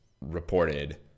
reported